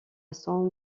son